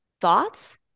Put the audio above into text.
thoughts